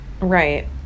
right